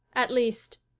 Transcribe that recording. at least,